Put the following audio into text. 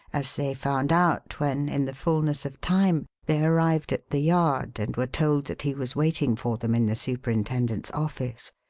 as they found out when, in the fulness of time, they arrived at the yard and were told that he was waiting for them in the superintendent's office,